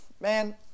man